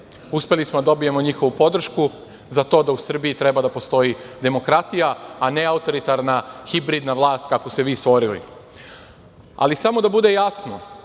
uspeli smo da dobijemo njihovu podršku za to da u Srbiji treba da postoji demokratija, a ne autoritarna hibridna vlast kakvu ste vi stvorili. Ali, samo da bude jasno,